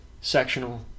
sectional